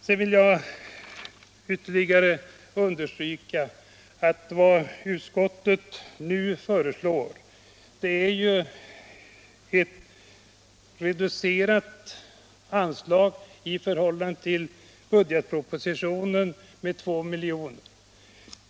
Sedan vill jag ytterligare understryka att vad utskottet nu föreslår är ett i förhållande till budgetpropositionen med 2 milj.kr. reducerat anslag.